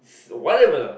whatever lah